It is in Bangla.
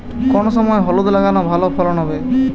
কোন সময় হলুদ লাগালে ভালো ফলন হবে?